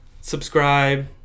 subscribe